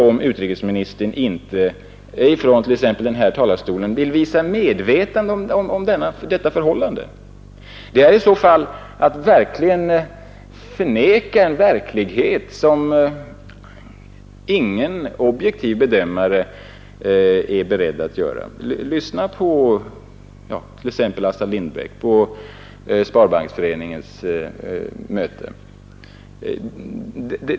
Om utrikesministern inte från t.ex. denna talarstol vill visa att han är medveten om detta förhållande, så kan jag inte förstå det. Det är i så fall att förneka en verklighet som ingen objektiv bedömare är beredd att förneka. Lyssna på t.ex. Assar Lindbeck vid Sparbanksmötet.